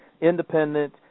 Independent